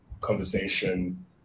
conversation